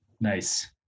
nice